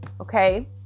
okay